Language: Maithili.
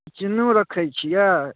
इचनो रखै छियै